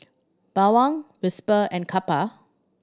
Bawang Whisper and Kappa